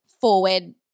forward